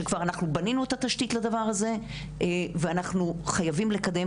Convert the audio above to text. שכבר אנחנו בנינו את התשתית לדבר הזה ואנחנו חייבים לקדם,